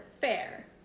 fair